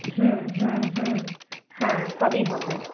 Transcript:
হ্যাঁ হ্যাঁ হ্যাঁ হ্যাঁ সবই হবে